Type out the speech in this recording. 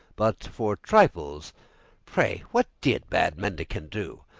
but for trifles pray what did bad mendicant do?